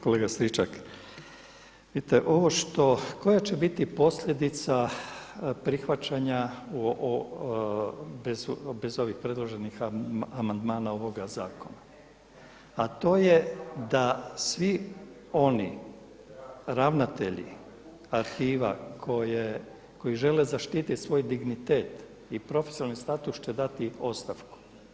Kolega Stričak, koja će biti posljedica prihvaćanja bez ovih predloženih amandmana ovoga zakona, a to je da svi oni ravnatelji arhiva koji žele zaštititi svoj dignitet i profesionalni status će dati ostavku.